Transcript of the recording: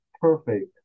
perfect